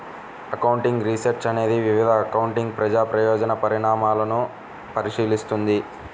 accounting research అనేది వివిధ accounting ప్రజా ప్రయోజన పరిణామాలను పరిశీలిస్తుంది